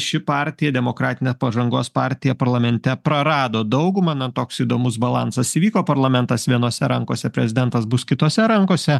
ši partija demokratinė pažangos partija parlamente prarado daugumą na toks įdomus balansas įvyko parlamentas vienose rankose prezidentas bus kitose rankose